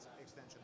extension